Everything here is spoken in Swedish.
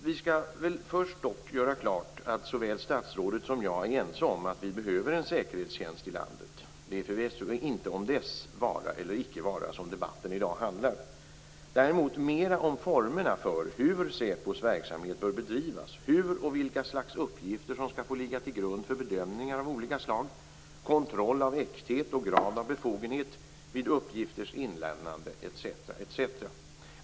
Vi skall först dock göra klart att såväl statsrådet som jag är ense om att vi behöver en säkerhetstjänst i landet. Det är förvisso inte dess vara eller icke vara som debatten i dag handlar om. Däremot handlar det mer om formerna för hur säpos verksamhet bör bedrivas, vilka uppgifter som skall få ligga till grund för bedömningar av olika slag, kontroll av äkthet och grad av befogenhet vid uppgifters inlämnande etc., etc.